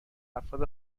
افراد